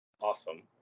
awesome